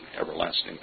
everlasting